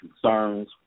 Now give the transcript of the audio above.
concerns